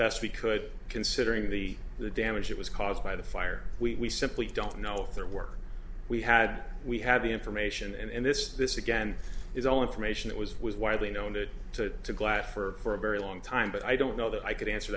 best we could considering the the damage it was caused by the fire we simply don't know their work we had we had the information and this this again is all information it was was widely known that to to glass for a very long time but i don't know that i could answer